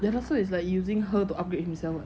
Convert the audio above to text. like also using her to upgrade himself [what]